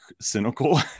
cynical